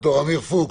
ד"ר עמיר פוקס,